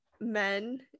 men